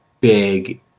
big